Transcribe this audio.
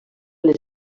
les